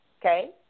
Okay